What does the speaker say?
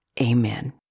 Amen